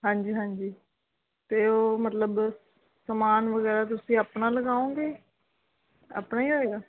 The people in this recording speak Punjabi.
ਹਾਂਜੀ ਹਾਂਜੀ ਅਤੇ ਉਹ ਮਤਲਬ ਸਮਾਨ ਵਗੈਰਾ ਤੁਸੀਂ ਆਪਣਾ ਲਗਾਓਂਗੇ ਆਪਣਾ ਹੀ ਆਵੇਗਾ